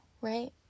right